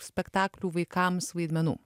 spektaklių vaikams vaidmenų